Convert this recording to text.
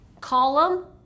column